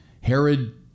Herod